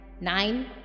nine